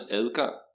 adgang